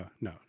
no